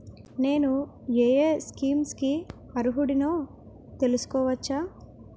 నేను యే యే స్కీమ్స్ కి అర్హుడినో తెలుసుకోవచ్చా?